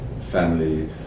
family